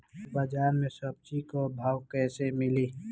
बाजार मे सब्जी क भाव कैसे मिली?